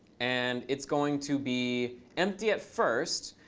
and it's going to be empty at first.